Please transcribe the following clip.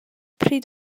pryd